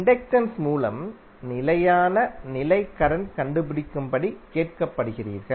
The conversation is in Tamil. இண்டக்டன்ஸ் மூலம் நிலையான நிலை கரண்ட் கண்டுபிடிக்கும்படி கேட்கப்படுகிறீர்கள்